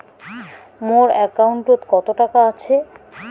মোর একাউন্টত কত টাকা আছে?